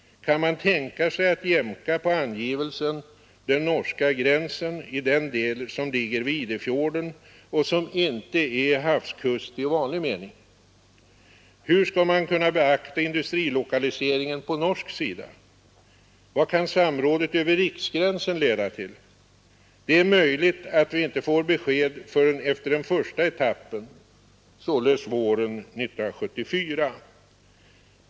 Kan man tänka sig att jämka på angivelsen ”den norska gränsen” i den del som ligger vid Idefjorden och som inte är havskust i vanlig mening? Hur skall man kunna beakta industrilokaliseringen på norsk sida? Vad kan samrådet över riksgränsen leda till? Det är möjligt att vi inte får besked förrän efter den första etappen — således våren 1974.